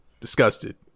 disgusted